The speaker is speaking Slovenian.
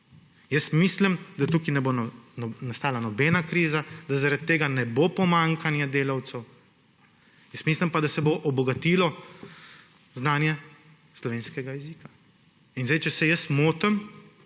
Mislim, da tukaj ne bo nastala nobena kriza, da zaradi tega ne bo pomanjkanje delavcev, mislim pa, da se bo obogatilo znanje slovenskega jezika. Če se motim,